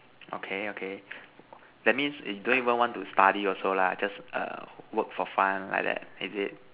okay okay that means in you don't even want to study also lah just err work for fun like that is it